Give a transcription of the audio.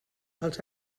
els